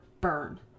burn